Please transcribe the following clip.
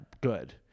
good